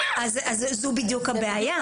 אז זו בדיוק הבעיה.